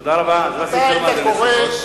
תודה רבה, אדוני היושב-ראש.